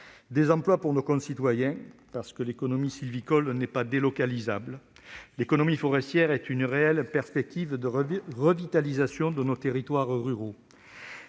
des emplois pour nos concitoyens, parce que l'économie sylvicole n'est pas délocalisable. L'économie forestière est une réelle perspective de revitalisation de nos territoires ruraux.